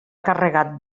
carregat